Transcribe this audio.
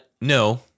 no